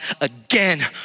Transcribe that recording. again